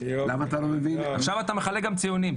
למה אתה לא מבין --- עכשיו אתה מחלק גם ציונים.